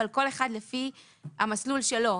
אבל כל אחד לפי המסלול שלו.